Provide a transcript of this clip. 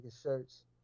shirts